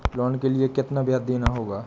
Loan के लिए कितना ब्याज देना होगा?